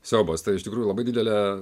siaubas tai iš tikrųjų labai didelė